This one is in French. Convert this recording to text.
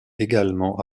également